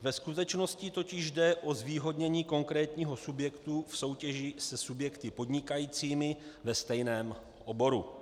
Ve skutečnosti totiž jde o zvýhodnění konkrétního subjektu v soutěži se subjekty podnikajícími ve stejném oboru.